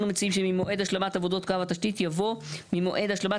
אנחנו מציעים שממועד השלמת עבודות קו התשתית יבוא "ממועד השלמת